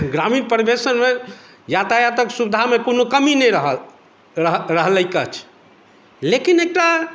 ग्रामीण परिवेशमे यातायातक सुविधामे कोनो कमी नहि रहलैक अछि लेकिन एकटा